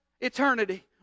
eternity